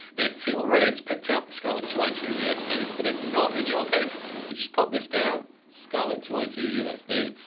can see already it's picked up the scarlett two i two usb. but if not in your case you just pop this down scarlett two i two usb.